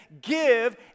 give